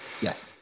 Yes